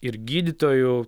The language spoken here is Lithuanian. ir gydytojų